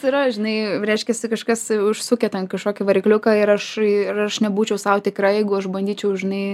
yra žinai reiškiasi kažkas užsukę ten kažkokį varikliuką ir aš ir aš nebūčiau sau tikra jeigu aš bandyčiau žinai